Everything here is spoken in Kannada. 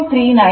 39 30